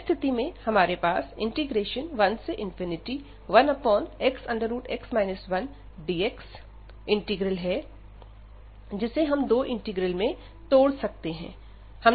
इस स्थिति में हमारे पास 11xx 1dx इंटीग्रल हैं जिसे हम दो इंटीग्रल में तोड़ सकते हैं